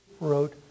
wrote